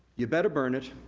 you better burn it,